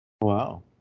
Wow